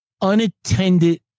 unattended